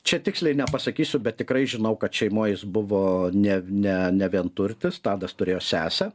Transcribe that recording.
čia tiksliai nepasakysiu bet tikrai žinau kad šeimoj jis buvo ne ne nevienturtis tadas turėjo sesę